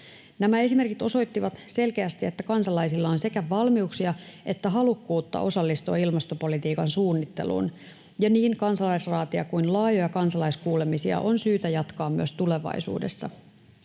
Nämä esimerkit osoittivat selkeästi, että kansalaisilla on sekä valmiuksia että halukkuutta osallistua ilmastopolitiikan suunnitteluun, ja niin kansalaisraatia kuin laajoja kansalaiskuulemisia on syytä jatkaa myös tulevaisuudessa.